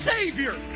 Savior